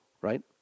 right